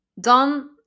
Dan